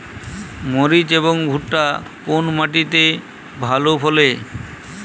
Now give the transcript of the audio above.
মরিচ এবং ভুট্টা কোন মাটি তে ভালো ফলে?